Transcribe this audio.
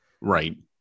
Right